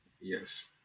Yes